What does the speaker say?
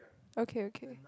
okay okay